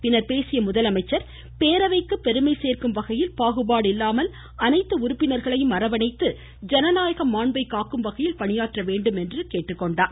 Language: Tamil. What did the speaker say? பின்னர் பேசிய முதலமைச்சர் பேரவைக்கு பெருமை சேர்க்கும் வகையில் பாகுபாடில்லாமல் அனைத்து உறுப்பினர்களையும் அரவணைத்து ஜனநாயக மான்பை காக்கும் வகையில் பணியாற்ற வேண்டும் என்று கேட்டுக்கொண்டார்